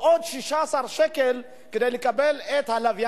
אתה יכול 17 דקות, אבל אתה לא חייב.